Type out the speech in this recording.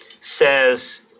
says